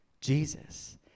Jesus